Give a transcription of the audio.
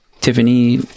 Tiffany